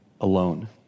alone